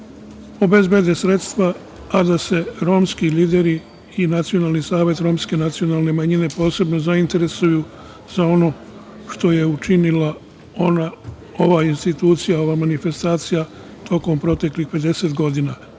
obezbede sredstva, a da se romski lideri i Nacionalni savet Romske nacionalne manjine posebno zainteresuju za ono što je učinila ova institucija, ova manifestacija, tokom proteklih 50 godina. Ja